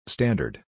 Standard